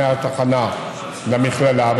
מהתחנה למכללה,